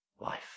life